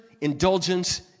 indulgence